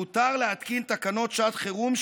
מותר להתקין תקנות שעת חירום,